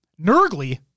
Nurgly